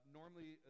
normally